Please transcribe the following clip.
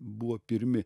buvo pirmi